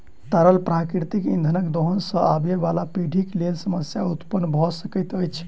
तरल प्राकृतिक इंधनक दोहन सॅ आबयबाला पीढ़ीक लेल समस्या उत्पन्न भ सकैत अछि